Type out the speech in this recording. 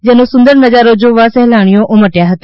જેનો સુંદર નઝારો જોવા સહેલાણીઓ ઉમટયા હતા